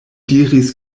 diris